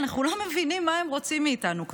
אנחנו לא מבינים מה הם רוצים מאיתנו כבר.